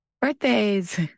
birthdays